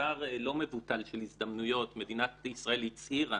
במספר לא מבוטל של הזדמנויות, מדינת ישראל הצהירה